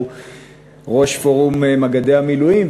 שהוא ראש פורום מג"די המילואים,